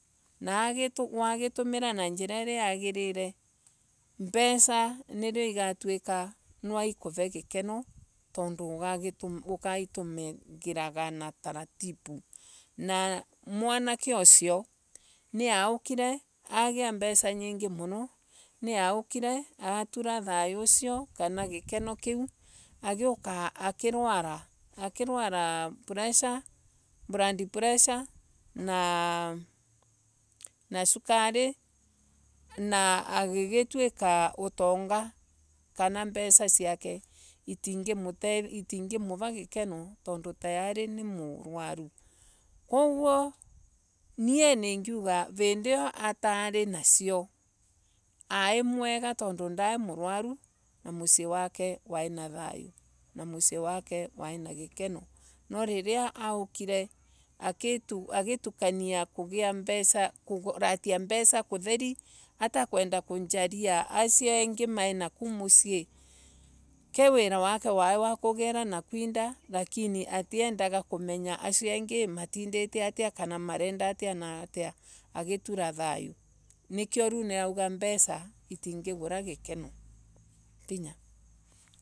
Na wagitumira na njira iria yagirire. mbesha nirio igatwika nwa ikuve gikeno tondu ugaitumira na taratibu, na mwanake usio niaukire agia mbesha mingi muno niaukire atura thayo ucio kama gikeno kiu niwaokire akirwara pressure kana blood pressure na sukari na agitwika utonga wake kana mbesha siake itingimuva gikeno tondu tayari ni murwaru, koguo nie ningiuga vindo Io Atari na sio ai mwega tondu ndi murwaru na musii wake waina thayo na musii wake waina gikeno no riria aukire agitukania kugea mbesha kutheri atakubali asio angi Mai na kuo musii kee wira wake wai wa kugira na kuinda lakini atiendaga kumenya asio ingi matindite aria kana marenda atia agitura thayo na gikeno niko nirauga mbesha itingigura gikeno